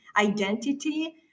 identity